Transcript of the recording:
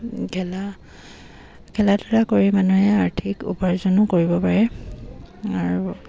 খেলা খেল ধূলা কৰি মানুহে আৰ্থিক উপাৰ্জনো কৰিব পাৰে আৰু